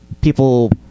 people